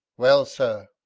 well, sir,